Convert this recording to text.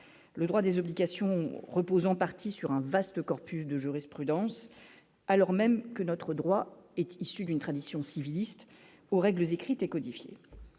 le droit des obligations repose en partie sur un vaste corpus de jurisprudence, alors même que notre droit est issu d'une tradition civiliste aux règles écrites et codifiées